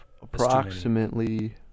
approximately